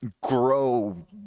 grow